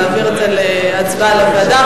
להעביר את זה להצבעה על ועדה,